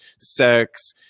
sex